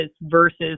versus